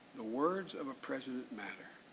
the words of a president matter.